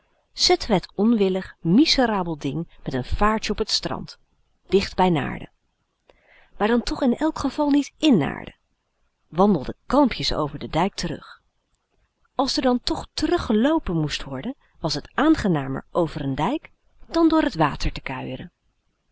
het onwillig miserabel ding met n vaartje op t strand d i c h t bij naarden maar dan toch in elk geval niet i n naarden wandelden kalmpjes over den dijk terug als er dan toch teruggeloopen moest worden was het aan dijk dan door water te kuieren